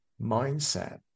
mindset